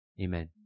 Amen